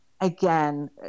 again